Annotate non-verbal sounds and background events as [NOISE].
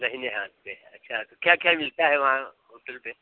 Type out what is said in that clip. नहीं [UNINTELLIGIBLE] पर है अच्छा तो क्या क्या मिलता है वहाँ होटल पर